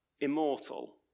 immortal